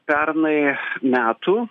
pernai metų